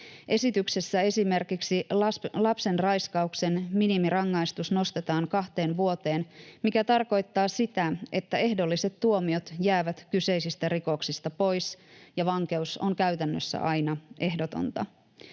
Esityksessä esimerkiksi lapsenraiskauksen minimirangaistus nostetaan kahteen vuoteen, mikä tarkoittaa sitä, että ehdolliset tuomiot jäävät kyseisistä rikoksista pois ja vankeus on käytännössä aina ehdotonta.